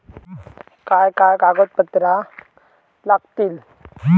काय काय कागदपत्रा लागतील?